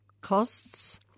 costs